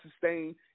sustain